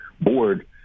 board